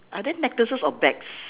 are there necklaces or bags